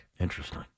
Interesting